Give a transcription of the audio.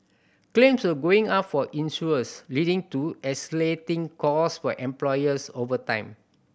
claims were going up for insurers leading to escalating cost for employers over time